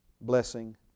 blessing